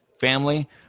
family